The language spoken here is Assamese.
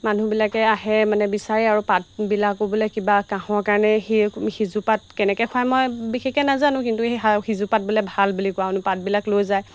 মানুহবিলাকে আহে মানে বিচাৰে আৰু পাতবিলাকো বোলে কিবা কাহৰ কাৰণে সিজুপাত কেনেকৈ খুৱাই মই বিশেষকৈ নাজানো কিন্তু সেই সিজুপাত বোলে ভাল বুলি কোৱা শুনোঁ পাতবিলাক লৈ যায়